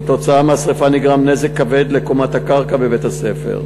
כתוצאה מהשרפה נגרם נזק כבד לקומת הקרקע בבית-הספר.